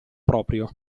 proprio